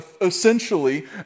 essentially